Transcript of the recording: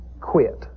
quit